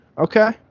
Okay